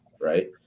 right